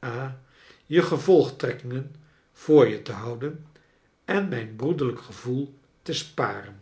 ha je gevolgtrekkingen voor je te houden en mijn broederlijk gevoel te sparen